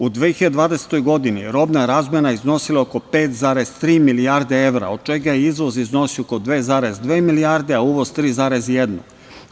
U 2020. godini robna razmena iznosila je oko 5,3 milijarde evra, od čega je izvoz iznosio oko 2,2 milijarde, a uvoz 3,1.